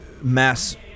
mass